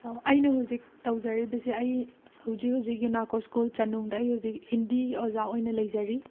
ꯑꯧ ꯑꯩꯅ ꯍꯧꯖꯤꯛ ꯇꯧꯖꯔꯤꯕꯁꯤ ꯑꯩ ꯍꯧꯖꯤꯛ ꯍꯧꯖꯤꯛ ꯌꯨꯅꯥꯀꯣ ꯁ꯭ꯀꯨꯜ ꯆꯅꯨꯡꯗ ꯑꯩ ꯍꯧꯖꯤꯛ ꯍꯤꯟꯗꯤ ꯑꯣꯖꯥ ꯑꯣꯏꯅ ꯂꯩꯖꯔꯤ